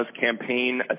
campaign